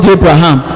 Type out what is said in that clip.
Abraham